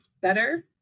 better